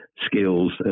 skills